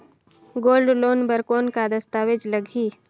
Gold loan बर कौन का दस्तावेज लगही?